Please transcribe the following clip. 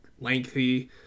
lengthy